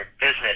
business